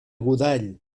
godall